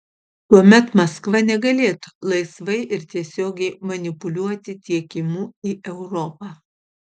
tuomet maskva negalėtų laisvai ir tiesiogiai manipuliuoti tiekimu į europą